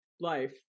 life